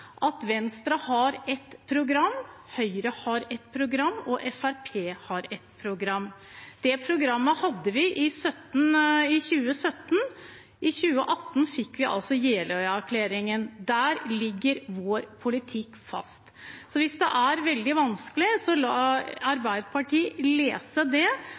at Venstre har ett program, Høyre har ett program og Fremskrittspartiet har ett program. De programmene hadde vi i 2017, i 2018 fikk vi altså Jeløya-erklæringen. Der ligger vår politikk fast. Hvis det er veldig vanskelig, så bør Arbeiderpartiet lese